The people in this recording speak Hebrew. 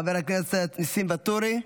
חבר הכנסת ניסים ואטורי,